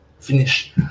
Finish